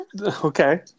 Okay